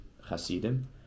Hasidim